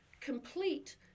complete